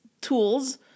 tools